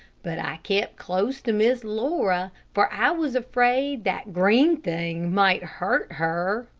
but i kept close to miss laura, for i was afraid that green thing might hurt her.